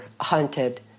hunted